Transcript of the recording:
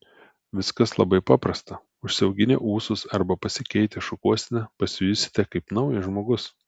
viskas labai paprasta užsiauginę ūsus arba pasikeitę šukuoseną pasijusite kaip naujas žmogus